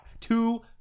Two